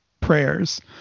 prayers